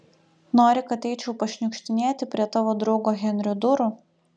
nori kad eičiau pašniukštinėti prie tavo draugo henrio durų